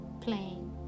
playing